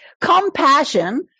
Compassion